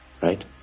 right